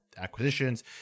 acquisitions